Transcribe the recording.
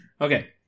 okay